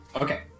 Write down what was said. Okay